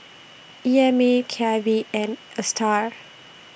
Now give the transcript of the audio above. E M A K I V and A STAR